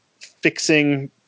fixing